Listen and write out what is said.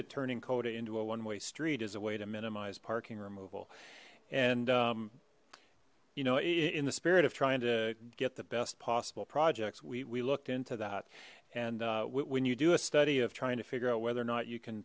at turning cota into a one way street as a way to minimize parking removal and you know in the spirit of trying to get the best possible projects we looked into that and when you do a study of trying to figure out whether or not you can